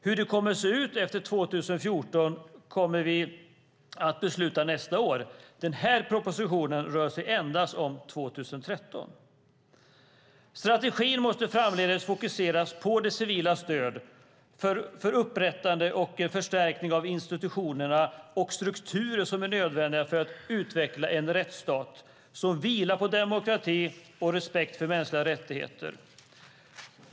Hur det kommer att se ut efter 2014 kommer vi att besluta nästa år. Den här propositionen rör sig endast om 2013. Strategin måste framledes fokusera på civilt stöd för upprättande och förstärkning av de institutioner och strukturer som är nödvändiga för att utveckla en rättstat som vilar på demokrati och respekt för mänskliga rättigheter.